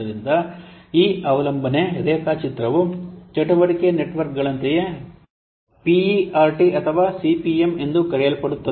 ಆದ್ದರಿಂದ ಈ ಅವಲಂಬನೆ ರೇಖಾಚಿತ್ರವು ಚಟುವಟಿಕೆ ನೆಟ್ವರ್ಕ್ಗಳಂತೆಯೇ PERT ಅಥವಾ CPM ಎಂದು ಕರೆಯಲ್ಪಡುತ್ತದೆ